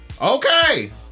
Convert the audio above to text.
Okay